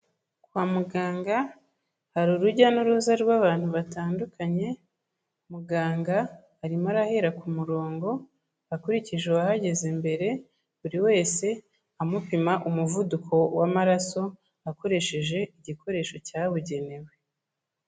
Kwa muganga hari urujya n'uruza rw'abantu batandukanye, muganga arimo arahera ku murongo akurikije uwahageze mbere, buri wese amupima umuvuduko w'amaraso, akoresheje igikoresho cyabugenewe.